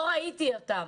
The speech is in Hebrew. לא ראיתי אותם